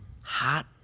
hot